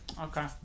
Okay